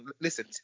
Listen